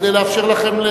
כדי לאפשר לכם,